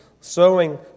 Sowing